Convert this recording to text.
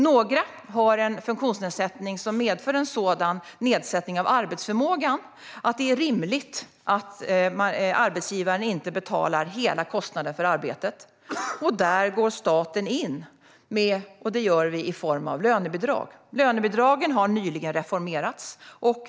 Några har en funktionsnedsättning som medför en sådan nedsättning av arbetsförmågan att det är rimligt att arbetsgivaren inte betalar hela kostnaden för arbetet. Där går staten in i form av lönebidrag. Lönebidragen har nyligen reformerats.